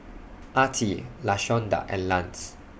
Artie Lashonda and Lance